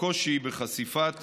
הקושי בחשיפת